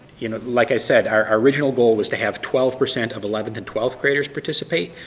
you know like i said, our original goal was to have twelve percent of eleventh and twelfth graders participate.